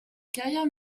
carrière